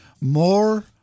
more